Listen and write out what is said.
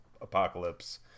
apocalypse